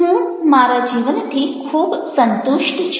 હું મારા જીવનથી ખૂબ સંતુષ્ટ છું